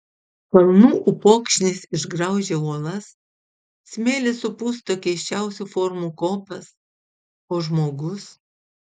kalnų upokšnis išgraužia uolas smėlis supusto keisčiausių formų kopas o žmogus